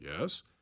Yes